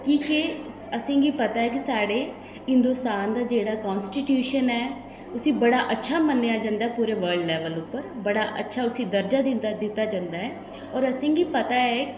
कि के अस असें गी पता ऐ कि साढ़े हिंदोस्तान दा जेह्ड़ा कांस्टीट्यूशन ऐ उस्सी बड़ा अच्छा मन्नेआ जंदा पूरे वर्ल्ड लेवल उप्पर बड़ा उस्सी अच्छा उसी दर्जा दिन्ना दित्ता जंदा ऐ होर असें गी पता ऐ